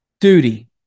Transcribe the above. duty